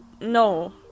no